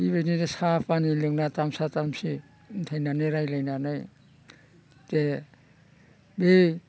बेबायदिनो साहा फानि लोंना थामसा थामसि उनथायनानै रायलायनानै जे बै